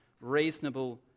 reasonable